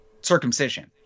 circumcision